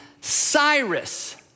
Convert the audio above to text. Cyrus